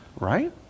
right